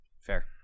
Fair